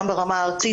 גם ברמה הארצית,